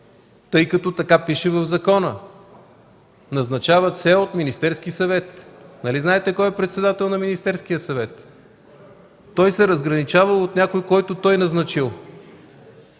тъй като така пише в закона: „назначават се от Министерския съвет”. Нали знаете кой е председател на Министерския съвет? Той се разграничава от някой, който той е назначил.